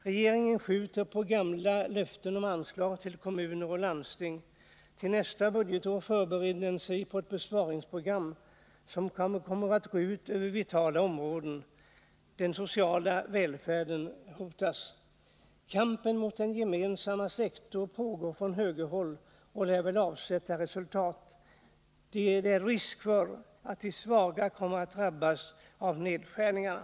Regeringen skjuter på gamla löften om anslag till kommuner och landsting. Till nästa budgetår förbereder den ett besparingsprogram som kommer att gå ut över vitala områden. Den sociala välfärden hotas. Kampen mot den gemensamma sektorn pågår från högerhåll och lär väl avsätta resultat. Det finns risk för att de svaga kommer att drabbas av nedskärningarna.